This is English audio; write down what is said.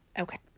Okay